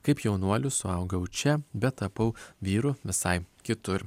kaip jaunuoliu suaugau čia bet tapau vyru visai kitur